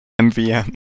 MVM